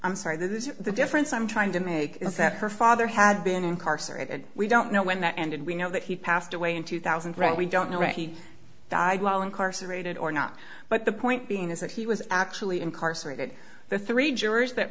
sorry the difference i'm trying to make is that her father had been incarcerated we don't know when that ended we know that he passed away in two thousand right we don't know where he died while incarcerated or not but the point being is that he was actually incarcerated the three jurors that